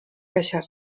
queixar